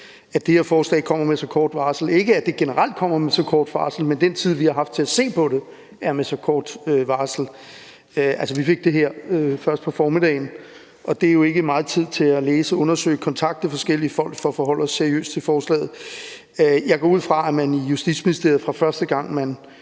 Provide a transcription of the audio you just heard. at det her forslag kommer med så kort varsel. Det er generelt ikke det, at det kommer med så kort varsel, men den tid, vi har haft til at se på det, er for kort. Vi fik det her først på formiddagen, og det er jo ikke meget tid til at læse, undersøge og kontakte forskellige folk for at forholde os seriøst til forslaget. Jeg går ud fra, at man i Justitsministeriet, fra første gang